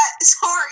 Sorry